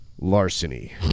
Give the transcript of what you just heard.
Larceny